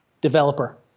developer